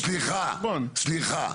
סליחה,